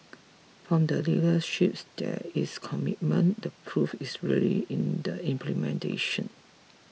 from the leaderships there is a commitment the proof is really in the implementation